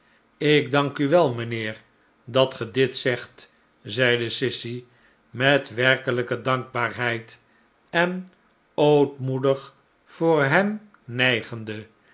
ik dank u wel mijnheer dat ge dit zegt zeide sissy met werkelijke dankbaarheid en ootmoedig voor hem nijgende